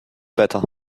wetter